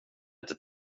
inte